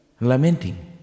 lamenting